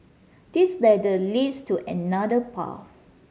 this ladder leads to another path